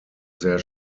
sehr